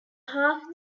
half